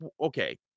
okay